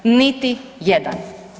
Niti jedan.